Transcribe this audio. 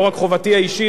לא רק חובתי האישית,